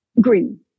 Green